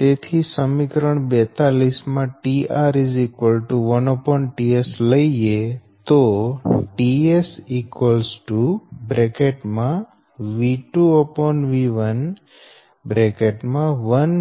તેથી સમીકરણ 42 માં tR 1tS લઈએ તો ts |V2||V1| 1 PR QX|V1|